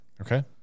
okay